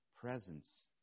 presence